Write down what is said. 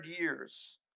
years